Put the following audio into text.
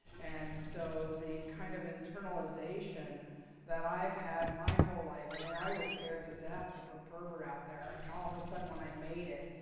and so the kind of internalization that i've had my whole life i mean, i was scared to death to put pervert out there. i mean, all of a sudden when i made it,